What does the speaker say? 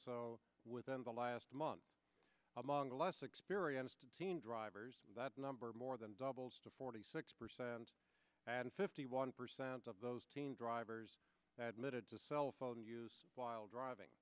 so within the last month among the less experienced teen drivers that number more doubles to forty six percent and fifty one percent of those teen drivers admitting to cell phone use while driving